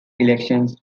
elections